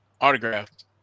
autographed